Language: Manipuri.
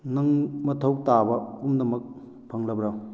ꯅꯪ ꯃꯊꯧ ꯇꯥꯕ ꯄꯨꯝꯅꯃꯛ ꯐꯪꯂꯕ꯭ꯔꯥ